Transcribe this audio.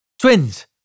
Twins